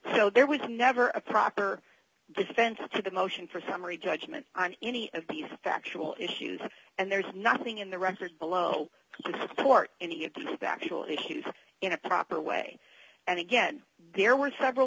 so there was never a proper sense of the motion for summary judgment on any of these factual issues and there's nothing in the record below you support any of them actually in a proper way and again there were several